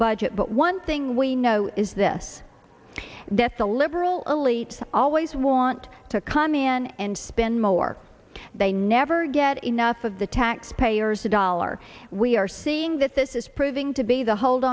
budget but one thing we know is this that the liberal elites always want to come in and spend more they never get enough of the tax payers a dollar we are seeing that this is proving to be the hold